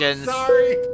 Sorry